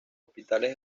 hospitales